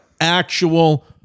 actual